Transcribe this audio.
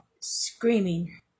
Screaming